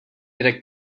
kde